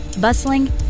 bustling